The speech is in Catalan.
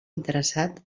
interessat